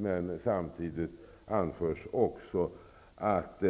Men samtidigt anförs också att